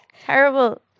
Terrible